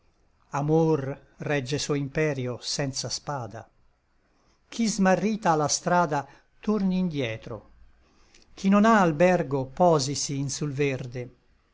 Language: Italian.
amor regge suo imperio senza spada chi smarrita à la strada torni indietro chi non à albergo posisi in sul verde